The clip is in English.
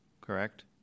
correct